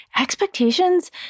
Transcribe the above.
expectations